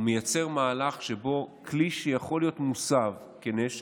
ומייצר מהלך שבו כלי שיכול להיות מוסב לנשק,